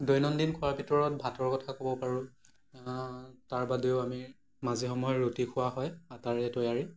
দৈনন্দিন খোৱাৰ ভিতৰত ভাতৰ কথা ক'ব পাৰোঁ তাৰ বাদেও আমি মাজে সময়ে ৰুটি খোৱা হয় আটাৰে তৈয়াৰী